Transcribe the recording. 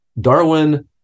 darwin